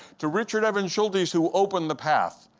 to richard evans schultes, who opened the path!